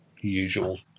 usual